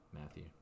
Matthew